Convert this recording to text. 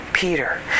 Peter